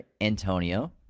Antonio